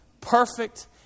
perfect